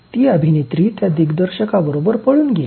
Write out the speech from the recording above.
ती अभिनेत्री त्या दिग्दर्शकाबरोबर पळून गेली